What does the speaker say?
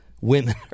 women